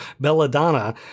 belladonna